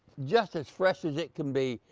just as fresh as it can be.